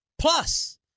Plus